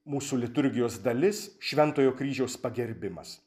mūsų liturgijos dalis šventojo kryžiaus pagerbimas